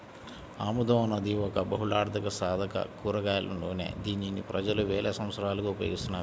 ఆముదం అనేది ఒక బహుళార్ధసాధక కూరగాయల నూనె, దీనిని ప్రజలు వేల సంవత్సరాలుగా ఉపయోగిస్తున్నారు